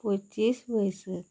ᱯᱚᱪᱤᱥ ᱵᱟᱹᱭᱥᱟᱹᱠ